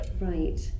Right